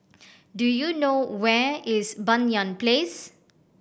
do you know where is Banyan Place